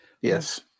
yes